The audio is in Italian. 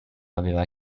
aveva